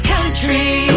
Country